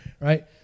right